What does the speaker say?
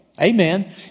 Amen